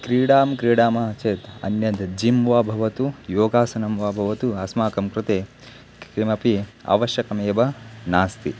क्रीडां क्रीडामः चेत् अन्यद् जिं वा भवतु योगासनं वा भवतु अस्माकं कृते किमपि अवश्यकमेव नास्ति